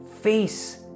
face